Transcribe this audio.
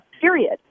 period